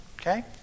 Okay